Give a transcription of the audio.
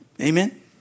Amen